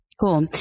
cool